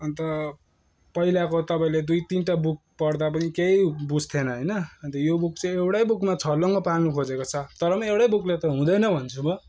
अन्त पहिलाको तपाईँले दुई तिनवटा बुक पढ्दा पनि केहि बुझ्थेन होइन यो बुक चाहिँ एउटै बुकमा छर्लङ्ग पार्न खोजेको छ तरपनि एउटै बुकले त हुँदैन भन्छु म